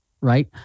right